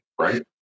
right